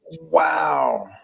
Wow